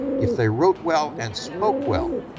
if they wrote well and spoke well,